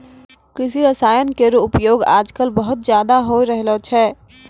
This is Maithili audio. कृषि रसायन केरो उपयोग आजकल बहुत ज़्यादा होय रहलो छै